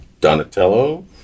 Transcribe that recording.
Donatello